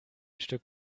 stück